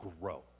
grow